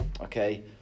okay